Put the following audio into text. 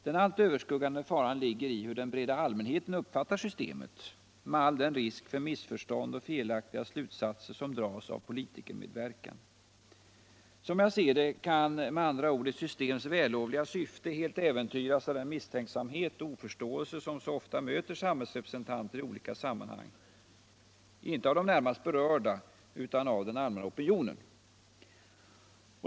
Den allt överskuggande faran ligger i hur den breda allmänheten uppfattar systemet — med all den risk för missförstånd och felaktiga slutsatser som dras av politikermedverkan. Som jag ser det, kan med andra ord ett systems vällovliga syfte helt äventyras av den misstänksamhet och oförståelse som så ofta möter samhällsrepresentanter i olika sammanhang — inte av de närmast berörda utan av den allmänna opinionen.